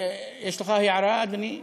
יש לך הערה, אדוני?